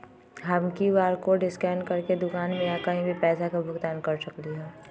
हम Q R code scan करके दुकान में या कहीं भी पैसा के भुगतान कर सकली ह?